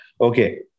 Okay